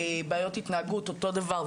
בעיות התנהגות אותו דבר,